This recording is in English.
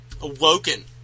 awoken